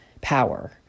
power